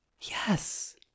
Yes